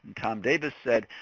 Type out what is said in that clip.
tom davis said,